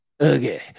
Okay